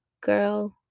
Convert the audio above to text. girl